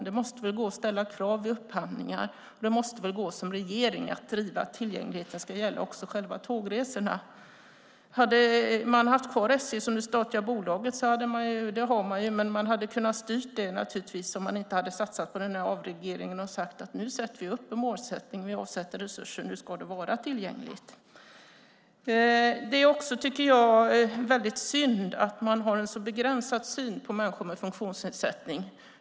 Det måste väl gå att ställa krav vi upphandlingar? Regeringen måste väl kunna driva att tillgängligheten också ska gälla själva tågresan? Om man inte hade satsat på den här avregleringen hade man kunnat styra SJ och satt upp målsättningen att det ska vara tillgängligt och avsatt resurser för detta. Jag tycker också att det är väldigt synd att man har en så begränsad syn på människor med funktionsnedsättning.